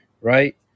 right